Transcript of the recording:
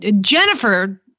Jennifer